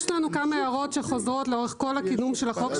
יש לנו כמה הערות שחוזרות לאורך כל הקידום של החוק,